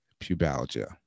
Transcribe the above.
pubalgia